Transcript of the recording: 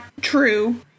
true